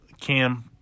cam